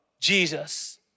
Jesus